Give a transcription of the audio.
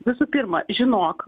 visų pirma žinok